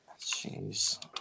Jeez